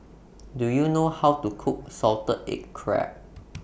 Do YOU know How to Cook Salted Egg Crab